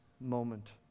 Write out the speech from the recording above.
moment